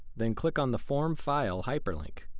then click on the form file hyperlink.